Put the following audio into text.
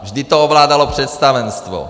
Vždy to ovládalo představenstvo.